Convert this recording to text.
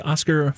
Oscar